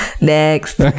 next